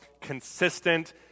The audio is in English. Consistent